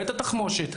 ואת התחמושת,